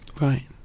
Right